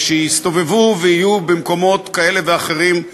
שיסתובבו ויהיו במקומות כאלה ואחרים,